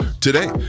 today